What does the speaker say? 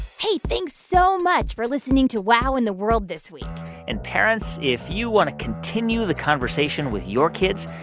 hey. thanks so much for listening to wow in the world this week and, parents, if you want to continue the conversation with your kids,